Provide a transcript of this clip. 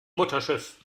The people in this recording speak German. mutterschiff